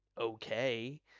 okay